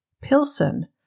Pilsen